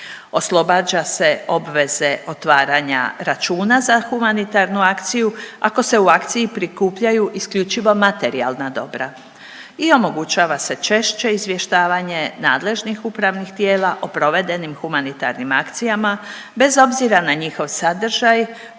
Oslobađa se obveze otvaranja računa za humanitarnu akciju ako se u akciji prikupljaju isključivo materijalna dobra. I omogućava se češće izvještavanje nadležnih upravnih tijela o provedenim humanitarnim akcijama bez obzira na njihov sadržaj